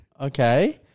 Okay